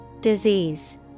Disease